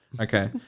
okay